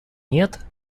нет